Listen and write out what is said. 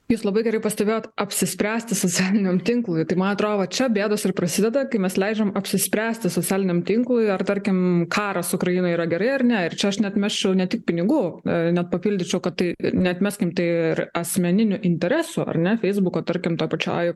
jūs labai gerai pastebėjot apsispręsti socialiniam tinklui tai man atrodo čia bėdos ir prasideda kai mes leidžiam apsispręsti socialiniam tinklui ar tarkim karas ukrainoj yra gerai ar ne ir čia aš neatmesčiau ne tik pinigų net papildyčiau kad tai neatmeskim ir asmeninių interesų ar ne feisbuko tarkim toj pačioj